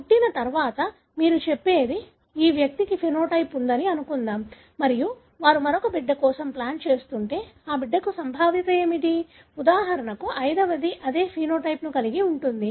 పుట్టిన తర్వాత మీరు చెప్పేది ఈ వ్యక్తికి ఫెనోటైప్ ఉందని అనుకుందాం మరియు వారు మరొక బిడ్డ కోసం ప్లాన్ చేస్తుంటే ఆ బిడ్డకు సంభావ్యత ఏమిటి ఉదాహరణకు ఐదవది అదే ఫెనోటైప్ ను కలిగి ఉంటుంది